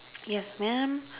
yes man